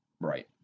Right